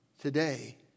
Today